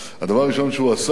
הדבר הראשון שהוא עשה,